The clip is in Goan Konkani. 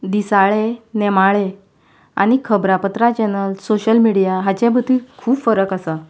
दिसाळें नेमाळे आनी खबरांपत्रां चॅनल्स सोशल मिडिया हाच्या मदीं खूब फरक आसा